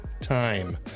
time